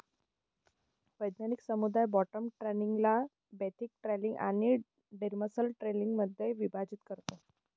वैज्ञानिक समुदाय बॉटम ट्रॉलिंगला बेंथिक ट्रॉलिंग आणि डिमर्सल ट्रॉलिंगमध्ये विभाजित करतो